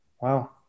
wow